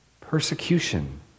persecution